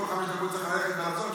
שכל חמש דקות צריך ללכת ולהרצות,